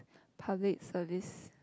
public service